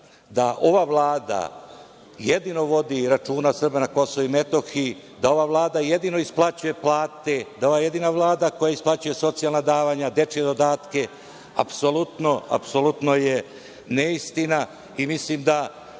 da ova Vlada jedino vodi računa o Srbima na KiM, da je ovo Vlada jedino isplaćuje plate, da je ovo jedina Vlada koja isplaćuje socijalna davanja, dečije dodatke, apsolutno je neistina i mislim da